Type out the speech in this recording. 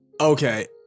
Okay